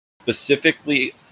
specifically